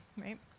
right